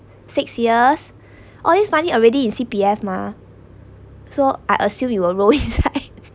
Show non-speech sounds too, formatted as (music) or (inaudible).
six years all this money already in C_P_F mah so I assume you will roll inside (laughs)